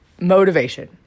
motivation